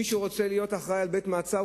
מישהו רוצה להיות אחראי לבית-מעצר,